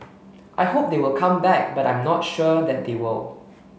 I hope they will come back but I am not sure that they will